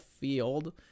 field